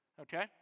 Okay